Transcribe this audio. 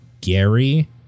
Gary